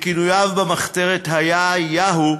שכינויו במחתרת היה "יאהו",